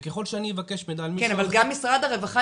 אבל גם משרד הרווחה,